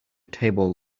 table